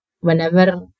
whenever